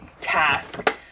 task